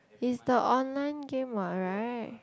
is the online game what right